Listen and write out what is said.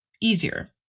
easier